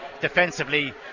defensively